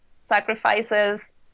Sacrifices